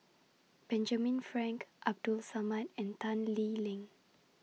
Benjamin Frank Abdul Samad and Tan Lee Leng